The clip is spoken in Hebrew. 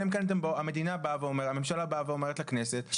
אלא אם כן המדינה באה ואומרת לכנסת או שהממשלה באה ואומרת לכנסת.